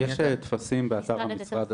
יש טפסים באתר של המשרד.